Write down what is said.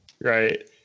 Right